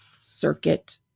circuit